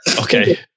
Okay